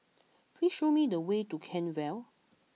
please show me the way to Kent Vale